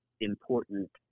important